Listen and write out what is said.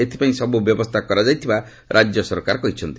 ଏଥିପାଇଁ ସବୁ ବ୍ୟବସ୍ଥା କରାଯାଇଥିବା ରାଜ୍ୟ ସରକାର କହିଛନ୍ତି